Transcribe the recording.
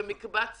במקבץ